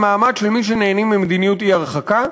מעמד של מי שנהנים ממדיניות אי-הרחקה.